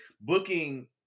booking